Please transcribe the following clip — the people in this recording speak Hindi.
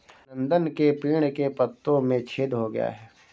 नंदन के पेड़ के पत्तों में छेद हो गया है